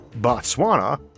Botswana